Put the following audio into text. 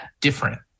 different